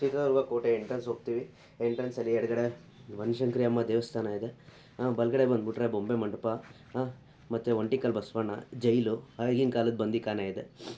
ಚಿತ್ರದುರ್ಗ ಕೋಟೆ ಎಂಟ್ರೆನ್ಸ್ ಹೋಗ್ತೀವಿ ಎಂಟ್ರೆನ್ಸಲ್ಲಿ ಎಡಗಡೆ ಬನಶಂಕರಿ ಅಮ್ಮ ದೇವಸ್ಥಾನ ಇದೆ ನಾವು ಬಲಗಡೆ ಬಂದ್ಬಿಟ್ರೆ ಬೊಂಬೆ ಮಂಟಪ ಮತ್ತು ಒಂಟಿ ಕಾಲು ಬಸವಣ್ಣ ಜೈಲು ಆಗಿನ ಕಾಲದ ಬಂದಿಖಾನೆ ಇದೆ